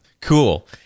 Cool